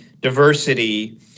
diversity